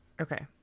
Okay